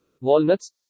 walnuts